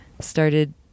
started